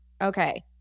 Okay